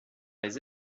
les